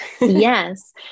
yes